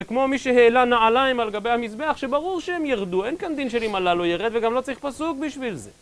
זה כמו מי שהעלה נעליים על גבי המזבח, שברור שהם ירדו. אין כאן דין של אם עלה לא ירד, וגם לא צריך פסוק בשביל זה.